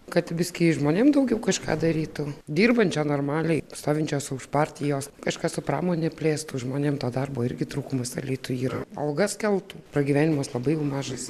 kad visgi žmonėm daugiau kažką darytų dirbančio normaliai stovinčios už partijos kažką su pramone plėstų žmonėms to darbo irgi trūkumas alytuje yra algas keltų pragyvenimas labai mažas